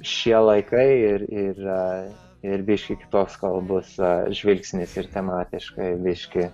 šie laikai ir ir ir biškį kitoks gal bus žvilgsnis ir tematiškai biškį